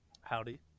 Howdy